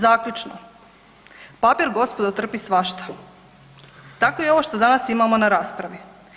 Zaključno, papir gospodo trpi svašta, tako i ovo što danas imamo na raspravi.